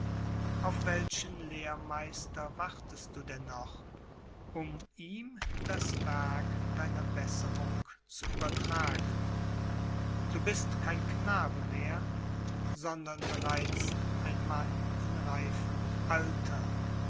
auf welchen lehrmeister wartest du denn noch um ihm das werk deiner besserung zu übertragen du bist kein knabe mehr sondern bereits ein mann in reifem alter